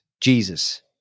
Jesus